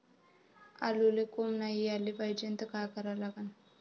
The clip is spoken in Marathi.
आलूले कोंब नाई याले पायजे त का करा लागन?